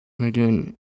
Again